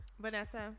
vanessa